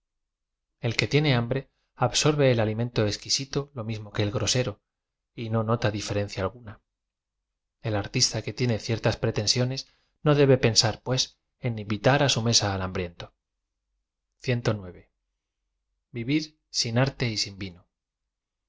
el que tiene hambre absorbe el alimento exquisito lo miimo que el grosero y no nota diferencia alguna el artista que tiene ciertas pretensiones no debe pen sar pues en in vitar á su mesa al hambriento ivir sin arfé y ttn vtno